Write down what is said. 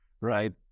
right